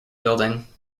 building